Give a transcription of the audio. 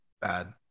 Bad